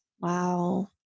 Wow